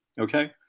Okay